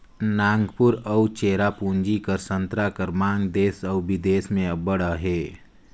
नांगपुर अउ चेरापूंजी कर संतरा कर मांग देस अउ बिदेस में अब्बड़ अहे